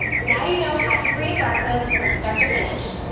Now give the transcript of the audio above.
now you know how to create barcodes from start to finish.